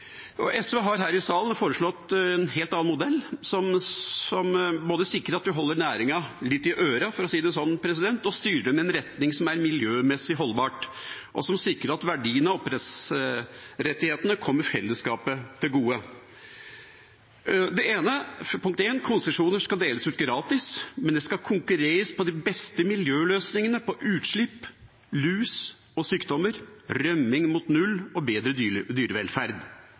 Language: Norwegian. SV har her i salen foreslått en helt annen modell, som både sikrer at vi holder næringen litt i ørene, for å si det sånn, og styrer den i en retning som er miljømessig holdbar, og som sikrer at verdien av oppdrettsrettighetene kommer fellesskapet til gode. Punkt én: Konsesjoner skal deles ut gratis, men det skal konkurreres på de beste miljøløsningene, på utslipp, lus og sykdommer, rømming mot null og bedre dyrevelferd.